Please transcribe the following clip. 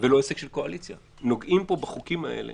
ולא עסק של קואליציה, נוגעים פה בחוקים האלה